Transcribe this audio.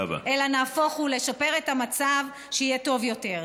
אלא נהפוך הוא, לשפר את המצב, שיהיה טוב יותר.